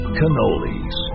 cannolis